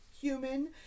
Human